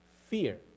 fear